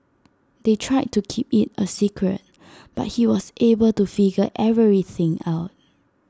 they tried to keep IT A secret but he was able to figure everything out